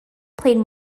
played